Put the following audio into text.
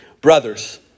brothers